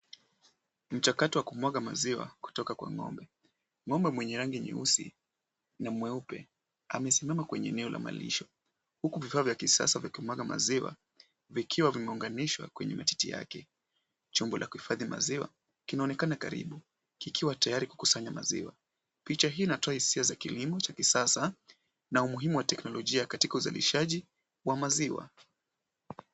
Mchakato wa kumwaga maziwa kutoka kwa ng'ombe. Ng'ombe mwenye rangi nyeusi na mweupe amesimama kwenye eneo la malisho huku vifaa vya kisasa vikimwaga maziwa vikiwa vimeunganishwa kwenye matiti yake. Chombo la kuhifadhi maziwa kinaonekana karibu kikiwa tayari kukusanya maziwa. Picha hii inatoa hisia za kilimo cha kisasa na umuhimu wa teknolojia katika uzalishaji wa maziwa.